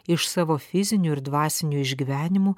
iš savo fizinių ir dvasinių išgyvenimų